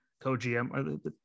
co-gm